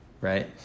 right